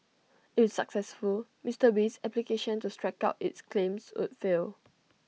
if successful Mister Wee's application to strike out its claims would fail